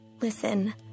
Listen